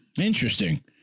Interesting